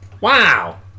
Wow